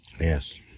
Yes